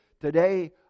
today